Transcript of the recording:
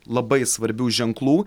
labai svarbių ženklų